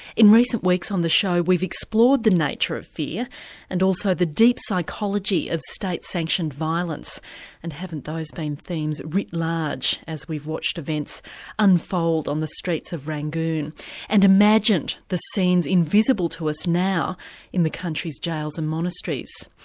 in recent weeks on the show we've explored the nature of fear and also the deep psychology of state sanctioned violence and haven't those themes been writ large, as we've watched events unfold on the streets of rangoon and imagined the scenes invisible to us now in the country's jails and monasteries.